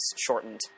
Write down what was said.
shortened